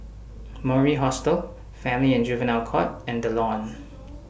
Mori Hostel Family and Juvenile Court and The Lawn